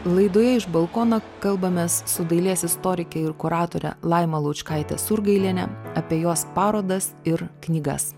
laidoje iš balkono kalbamės su dailės istorike ir kuratore laima laučkaite surgailiene apie jos parodas ir knygas